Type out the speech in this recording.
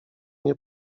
nie